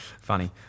funny